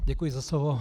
Děkuji za slovo.